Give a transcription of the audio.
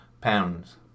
pounds